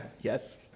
Yes